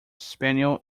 spaniel